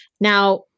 Now